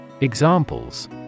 Examples